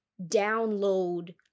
download